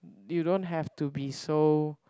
you don't have to be so